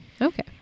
Okay